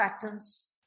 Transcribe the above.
patterns